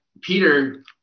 Peter